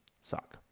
suck